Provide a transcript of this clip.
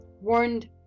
warned